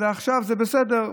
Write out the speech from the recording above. ועכשיו זה בסדר.